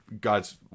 God's